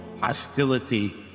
hostility